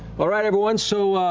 but right everyone, so,